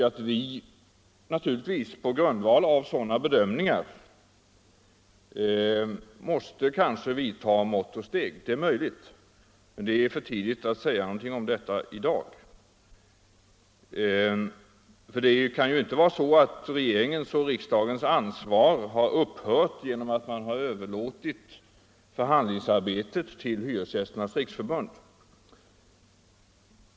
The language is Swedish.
Det är möjligt att vi på grundval av sådana bedömningar måste vidta mått och steg. Men det är för tidigt att säga någonting om detta i dag. Det kan inte vara så att regeringens och riksdagens ansvar har upphört genom att man överlåtit förhandlingsarbetet till Hyresgästernas riksförbund.